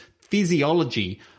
physiology